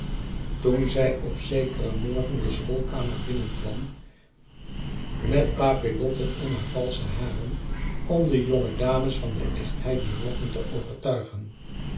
toen zij op zekeren morgen de schoolkamer binnenkwam met papiljotten in haar valsche haren om de jonge dames van de echtheid dier lokken te overtuigen